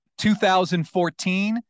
2014